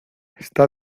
esta